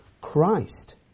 Christ